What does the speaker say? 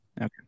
Okay